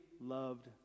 loved